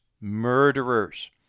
murderers